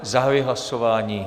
Zahajuji hlasování.